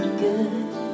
good